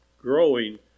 growing